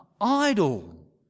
idle